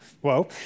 whoa